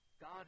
God